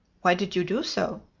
why did you do so?